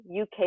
uk